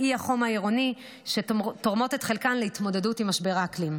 אי-החום העירוני שתורמים את חלקם להתמודדות עם משבר האקלים.